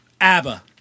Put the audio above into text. ABBA